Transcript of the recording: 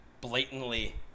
Blatantly